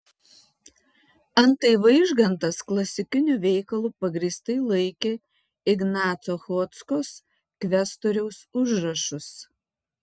antai vaižgantas klasikiniu veikalu pagrįstai laikė ignaco chodzkos kvestoriaus užrašus